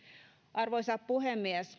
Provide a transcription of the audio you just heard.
arvoisa puhemies